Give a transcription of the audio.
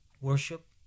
worship